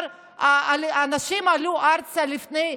אנשים עלו ארצה לפני,